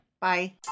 Bye